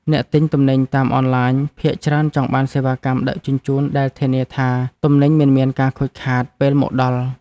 អ្នកទិញទំនិញតាមអនឡាញភាគច្រើនចង់បានសេវាកម្មដឹកជញ្ជូនដែលធានាថាទំនិញមិនមានការខូចខាតពេលមកដល់។